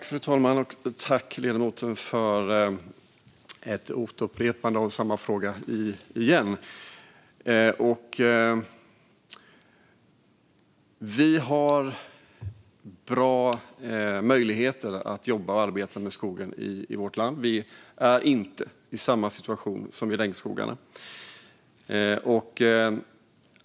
Fru talman! Tack, ledamoten, för ett återupprepande av samma fråga! Vi har bra möjligheter att jobba och arbeta med skogen i vårt land. Vi är inte i samma situation som när det gäller regnskogarna.